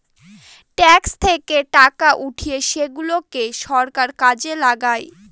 tax থেকে টাকা উঠিয়ে সেগুলাকে সরকার কাজে লাগায়